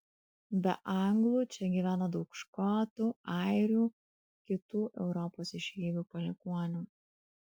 be anglų čia gyvena daug škotų airių kitų europos išeivių palikuonių